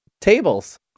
tables